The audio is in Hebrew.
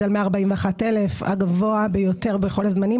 על 141,000 זה הגבוה ביותר בכל הזמנים,